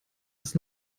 das